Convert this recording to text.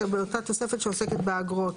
באותה תוספת שעוסקת באגרות?